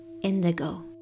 indigo